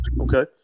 Okay